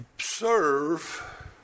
serve